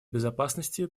безопасности